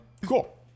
Cool